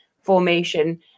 formation